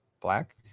black